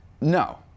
No